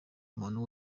umuntu